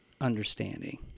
understanding